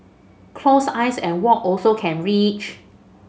close eyes and walk also can reach